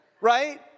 right